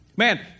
Man